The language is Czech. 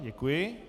Děkuji.